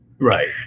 Right